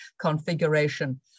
configuration